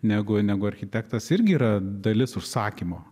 negu negu architektas irgi yra dalis užsakymo